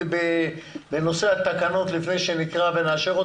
בנושא התקנות לפני שנקרא ונאשר אותן?